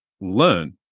learn